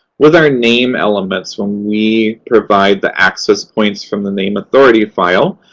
with our name elements, when we provide the access points from the name authority file,